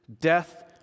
death